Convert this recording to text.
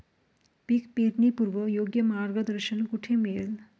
पीक पेरणीपूर्व योग्य मार्गदर्शन कुठे मिळेल?